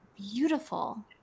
beautiful